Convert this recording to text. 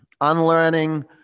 Unlearning